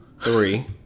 three